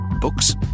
Books